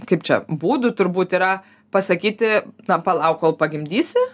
kaip čia būdų turbūt yra pasakyti na palauk kol pagimdysi